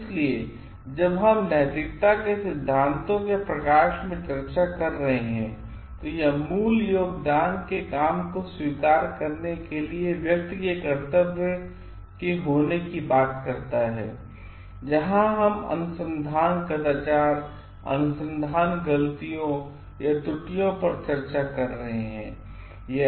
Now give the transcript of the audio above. इसलिए जब हम नैतिकता के सिद्धांतों के प्रकाश में चर्चा कर रहे हैं तो यह मूल योगदानकर्ता के काम को स्वीकार करने के लिए व्यक्ति के कर्तव्य के होने की बात करता है जहां हम अनुसंधान कदाचार अनुसंधान गलतियों या त्रुटियों पर चर्चा कर रहे हैं